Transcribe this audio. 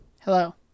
hello